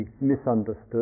misunderstood